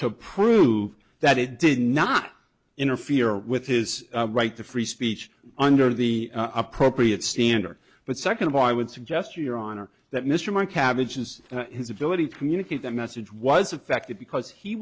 to prove that it did not interfere with his right to free speech under the appropriate standard but second of all i would suggest your honor that mr mike cabbage is his ability to communicate that message was affected because he